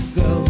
go